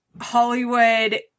Hollywood